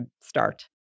start